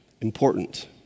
important